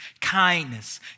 kindness